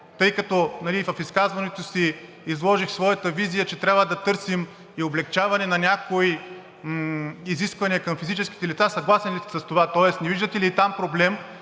тъй като в изказването си изложих своята визия, че трябва да търсим и облекчаваме някои изисквания към физическите лица: съгласен ли сте с това? Тоест не виждате ли там проблем